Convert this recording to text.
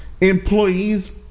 employees